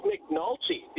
McNulty